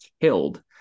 killed